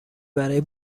برای